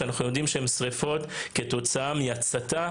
שאנחנו יודעים שהן שריפות כתוצאה מהצתה,